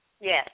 Yes